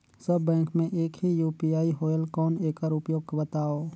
सब bank मे एक ही यू.पी.आई होएल कौन एकर उपयोग बताव?